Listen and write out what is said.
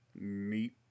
Neat